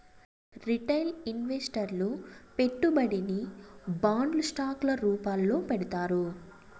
retail ఇన్వెస్టర్లు పెట్టుబడిని బాండ్లు స్టాక్ ల రూపాల్లో పెడతారు